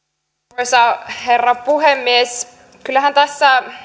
arvoisa herra puhemies kyllähän tässä